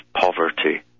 poverty